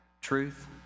truth